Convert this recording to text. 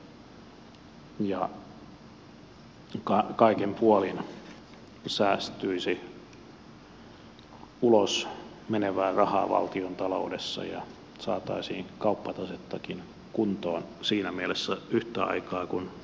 kaikin puolin säästyisi ulos menevää rahaa valtiontaloudessa ja saataisiin kauppatasettakin kuntoon siinä mielessä yhtä aikaa kun saadaan työtä